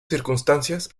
circunstancias